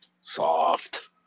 Soft